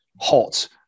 hot